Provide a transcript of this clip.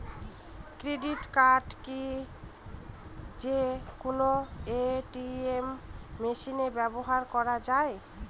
Credit card কি যে কোনো এ.টি.এম মেশিনে ব্যবহার করা য়ায়?